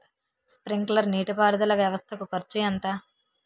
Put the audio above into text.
Sprinkler నీటిపారుదల వ్వవస్థ కు ఖర్చు ఎంత?